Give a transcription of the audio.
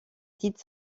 titres